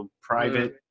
private